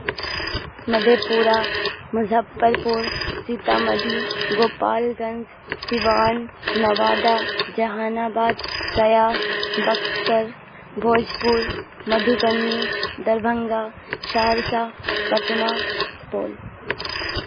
مدھے Pura Muzaffarpur Sitamarhi Gopalganj Siwan Nawada Jehanabad Gaya Buxar Bhojpur Madhubani Darbhanga Saharsa Patna Supaul